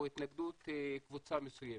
או התנגדות קבוצה מסוימת.